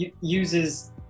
uses